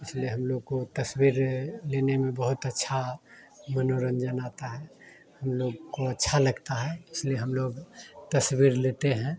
इसलिए हम लोग को तस्वीर लेने में बहुत अच्छा मनोरंजन आता है हम लोग को अच्छा लगता है इसलिए हम लोग तस्वीर लेते हैं